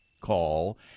call